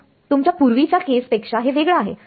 तर तुमच्या पूर्वीच्या केस पेक्षा हे वेगळ आहे